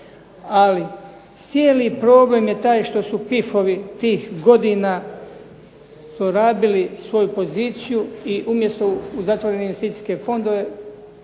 Ali cijeli problem je taj što su PIF-ovi tih godina zlorabili svoju poziciju i umjesto u zatvorene investicijske fondove